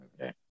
Okay